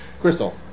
Crystal